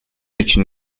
için